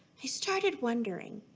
i started wondering,